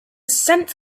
cent